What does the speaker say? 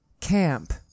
Camp